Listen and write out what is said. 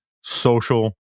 social